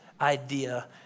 idea